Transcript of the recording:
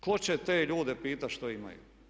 Tko će te ljude pitati što imaju?